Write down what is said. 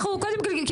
קודם כל,